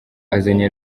azanye